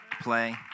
play